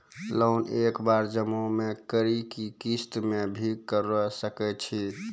Loan एक बार जमा म करि कि किस्त मे भी करऽ सके छि?